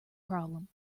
problem